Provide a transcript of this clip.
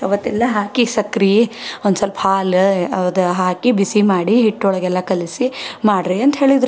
ಆವತ್ತೆಲ್ಲ ಹಾಕಿ ಸಕ್ರೆ ಒಂದು ಸ್ವಲ್ಪ ಹಾಲು ಅವದ್ ಹಾಕಿ ಬಿಸಿ ಮಾಡಿ ಹಿಟ್ಟೊಳಗೆಲ್ಲ ಕಲಸಿ ಮಾಡಿರಿ ಅಂತ ಹೇಳಿದ್ರೂ